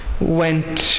went